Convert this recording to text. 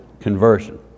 conversion